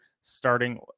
starting